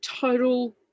total